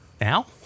Now